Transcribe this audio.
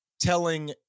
telling